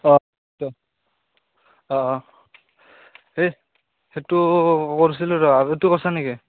অ' অ' অ' এই সেইটো কৰিছিলোঁ ৰ তই কৰিছ নেকি